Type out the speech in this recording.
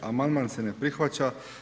Amandman se ne prihvaća.